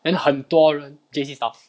then 很多人 J_C style